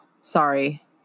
sorry